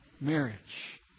marriage